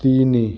ତିନି